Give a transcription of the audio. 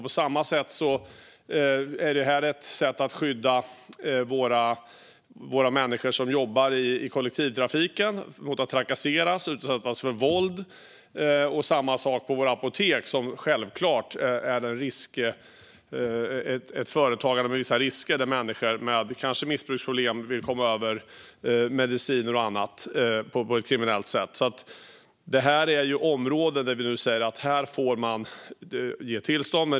På samma sätt är det här ett sätt att skydda de människor som jobbar i kollektivtrafiken mot trakasserier och våld. Samma sak gäller våra apotek, som självklart är företag där det förekommer vissa risker, till exempel människor med missbruksproblem som kanske vill komma över mediciner och annat på ett kriminellt sätt. Det här är områden där vi nu säger att här får man ge tillstånd.